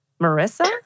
Marissa